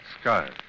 skies